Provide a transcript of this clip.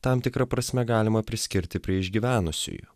tam tikra prasme galima priskirti prie išgyvenusiųjų